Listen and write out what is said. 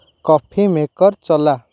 coffee maker ଚଲା